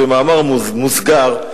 במאמר מוסגר,